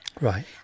Right